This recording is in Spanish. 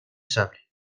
sable